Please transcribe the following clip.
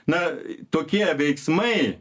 na tokie veiksmai